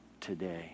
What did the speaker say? today